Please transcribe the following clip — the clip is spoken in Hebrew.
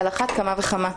על אחת כמה וכמה.